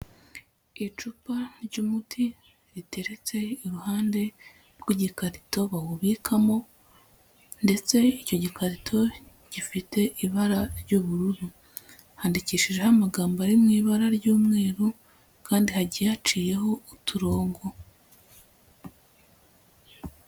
Icupa ry'umuti riteretse iruhande rw'igikarito bawubikamo ndetse icyo gikarito gifite ibara ry'ubururu. Handikishijeho amagambo ari mu ibara ry'umweru kandi hagiye haciyeho uturongo.